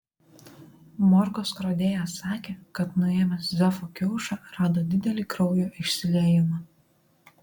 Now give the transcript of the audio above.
morgo skrodėjas sakė kad nuėmęs zefo kiaušą rado didelį kraujo išsiliejimą